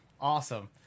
Awesome